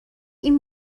این